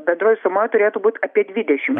bendroj sumoj turėtų būt apie dvidešimt